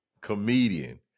comedian